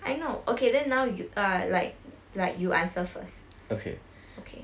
I know okay then now you err like like you answer first okay